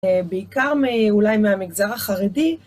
בעיקר אולי מהמגזר החרדי.